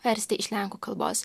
versti iš lenkų kalbos